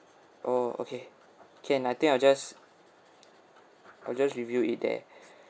oh okay can I think I'll just I'll just review it there